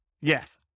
Yes